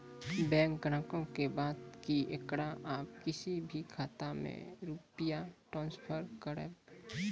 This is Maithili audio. बैंक ग्राहक के बात की येकरा आप किसी भी खाता मे रुपिया ट्रांसफर करबऽ?